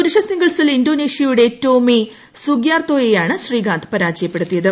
പുരുഷ സിംഗിൾസിൽ ഇന്തോനേഷ്യയുടെ ടോമി സുഗിയാർത്യോട്ടിയാണ് ശ്രീകാന്ത് പരാജയപ്പെടുത്തിയത്